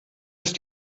ist